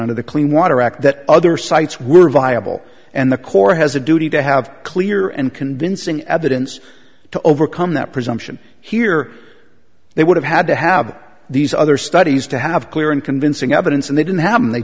under the clean water act that other sites were viable and the corps has a duty to have clear and convincing evidence to overcome that presumption here they would have had to have these other studies to have clear and convincing evidence and they didn't have and they